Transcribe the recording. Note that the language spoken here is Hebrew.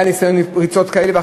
היה ניסיון לבצע פריצות כאלה.